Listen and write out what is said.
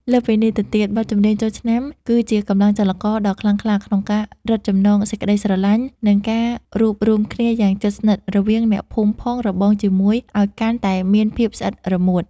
លើសពីនេះទៅទៀត បទចម្រៀងចូលឆ្នាំគឺជាកម្លាំងចលករដ៏ខ្លាំងក្លាក្នុងការរឹតចំណងសេចក្តីស្រឡាញ់ និងការរួបរួមគ្នាយ៉ាងជិតស្និទ្ធរវាងអ្នកភូមិផងរបងជាមួយឱ្យកាន់តែមានភាពស្អិតរមួត។